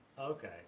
Okay